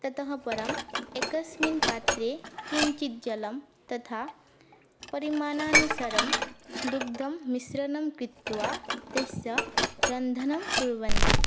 ततः परम् एकस्मिन् पात्रे किञ्चित् जलं तथा परिमाणानुसारं दुग्धं मिश्रणं कृत्वा तस्य रन्धनं कुर्वन्ति